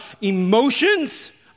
emotions